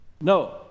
no